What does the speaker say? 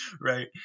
right